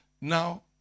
now